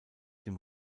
dem